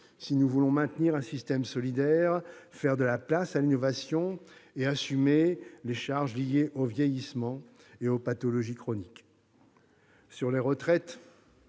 si nous voulons maintenir un système solidaire, faire de la place à l'innovation et assumer les charges liées au vieillissement et aux pathologies chroniques. C'est ainsi